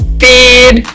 feed